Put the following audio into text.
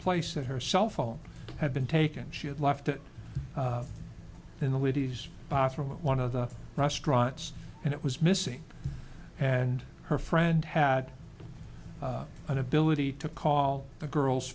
place and her cell phone had been taken she had left it in the ladies bathroom one of the restaurants and it was missing and her friend had an ability to call the girl's